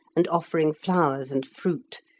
and offering flowers and fruit,